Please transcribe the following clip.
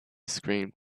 screamed